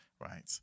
right